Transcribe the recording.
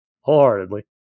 wholeheartedly